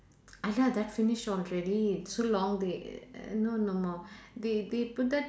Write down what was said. !aiya! that finish already so long they no no more they they put that